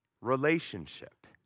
Relationship